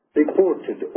reported